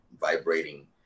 vibrating